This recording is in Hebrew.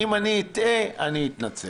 אם אני אטעה, אני אתנצל.